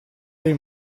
dei